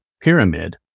pyramid